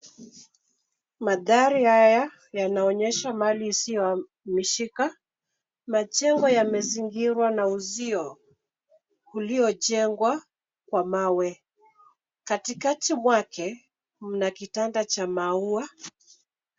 Mandhari haya yanaonyesha mali isiyomishika . Majengo yamezingirwa na uzio uliojengwa kwa mawe. Katikati mwake mna kitanda cha maua.